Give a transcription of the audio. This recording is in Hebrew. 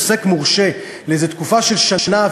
עוסק מורשה לאיזה תקופה של שנה,